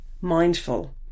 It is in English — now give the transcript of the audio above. mindful